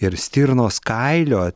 ir stirnos kailio